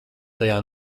tajā